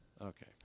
Okay